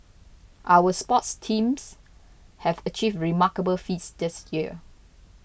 our sports teams have achieved remarkable feats this year